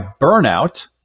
burnout